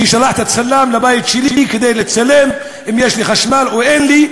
ששלחת צלם לבית שלי כדי לצלם אם יש לי חשמל או אין לי,